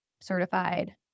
certified